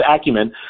acumen